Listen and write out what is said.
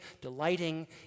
delighting